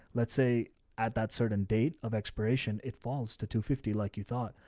let's say at that certain date of expiration, it falls to two fifty. like you thought,